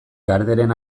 garderen